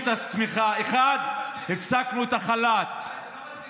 את הצמיחה: 1. הפסקנו את החל"ת די.